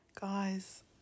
guys